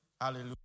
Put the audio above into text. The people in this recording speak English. Hallelujah